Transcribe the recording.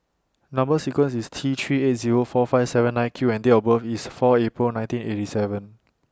Number sequence IS T three eight Zero four five seven nine Q and Date of birth IS four April nineteen eighty seven